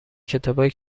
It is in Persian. کتابای